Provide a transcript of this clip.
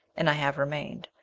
and i have remained.